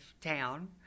town